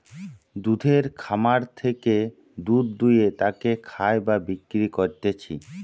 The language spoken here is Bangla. দুধের খামার থেকে দুধ দুয়ে তাকে খায় বা বিক্রি করতিছে